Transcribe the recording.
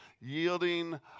yielding